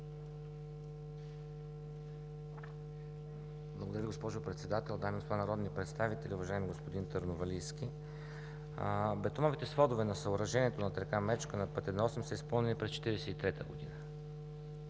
Благодаря, госпожо Председател. Уважаеми дами и господа народни представители! Уважаеми господин Търновалийски, бетоновите сводове на съоръжението над река Мечка на път Е-80, са изпълнени през 1943 г.